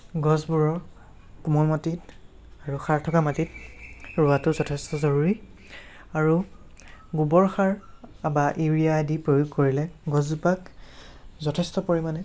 গছবোৰৰ কোমল মাটিত আৰু সাৰ থকা মাটিত ৰোৱাটো যথেষ্ট জৰুৰী আৰু গোবৰ সাৰ বা ইউৰিয়া আদি প্ৰয়োগ কৰিলে গছজোপাক যথেষ্ট পৰিমাণে